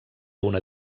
una